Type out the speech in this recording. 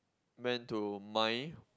went to mine